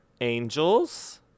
Angels